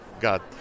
God